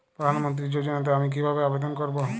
প্রধান মন্ত্রী যোজনাতে আমি কিভাবে আবেদন করবো?